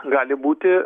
gali būti